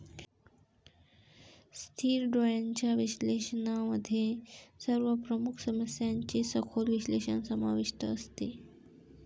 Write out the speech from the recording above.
स्थिर डोळ्यांच्या विश्लेषणामध्ये सर्व प्रमुख समस्यांचे सखोल विश्लेषण समाविष्ट असते